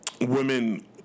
women